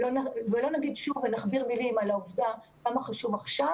ולא נכביר מילים על כמה חשובים עכשיו